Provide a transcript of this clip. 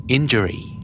Injury